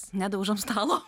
nedaužome stalo